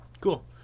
cool